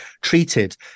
treated